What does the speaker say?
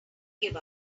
give